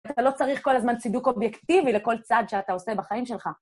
אתה לא צריך כל הזמן צידוק אובייקטיבי לכל צעד שאתה עושה בחיים שלך.